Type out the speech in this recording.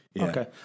Okay